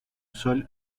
sol